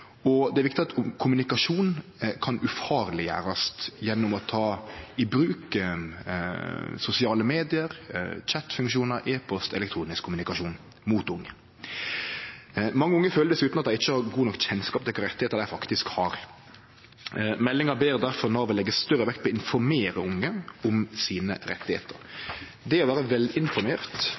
og det er viktig at kommunikasjon kan gjerast ufarleg gjennom å ta i bruk sosiale medium, nettpratfunksjonar, e-post og elektronisk kommunikasjon mot unge. Mange unge føler dessutan at dei ikkje har god nok kjennskap til kva rettar dei faktisk har. Meldinga ber difor Nav om å leggje større vekt på å informere unge om rettane deira. Det å vere velinformert